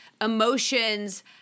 emotions